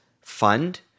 fund